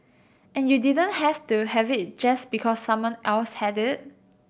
and you didn't have to have it just because someone else had it